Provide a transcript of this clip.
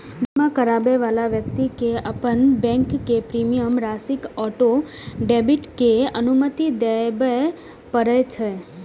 बीमा कराबै बला व्यक्ति कें अपन बैंक कें प्रीमियम राशिक ऑटो डेबिट के अनुमति देबय पड़ै छै